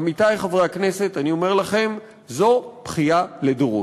עמיתי חברי הכנסת, אני אומר לכם, זו בכייה לדורות.